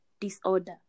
disorder